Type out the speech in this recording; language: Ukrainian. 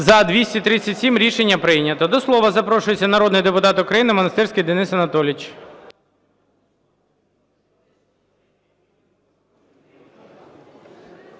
За-237 Рішення прийнято. До слова запрошується народний депутат України Монастирський Денис Анатолійович.